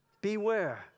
Beware